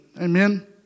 Amen